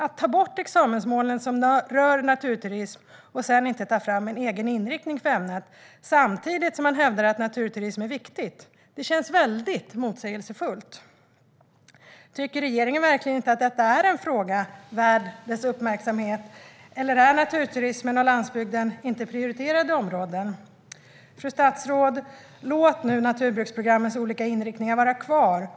Att ta bort de examensmål som rör naturturism och sedan inte ta fram en egen inriktning för ämnet samtidigt som man hävdar att naturturism är viktigt känns väldigt motsägelsefullt. Tycker regeringen verkligen inte att detta är en fråga värd uppmärksamhet? Eller är naturturismen och landsbygden inte prioriterade områden? Fru statsråd! Låt naturbruksprogrammens olika inriktningar vara kvar!